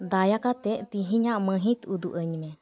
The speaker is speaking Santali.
ᱫᱟᱭᱟ ᱠᱟᱛᱮᱫ ᱛᱮᱦᱮᱧᱟᱜ ᱢᱟᱹᱦᱤᱛ ᱩᱫᱩᱜ ᱟᱹᱧᱢᱮ